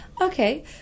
Okay